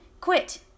Quit